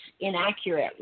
inaccurate